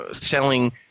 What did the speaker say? selling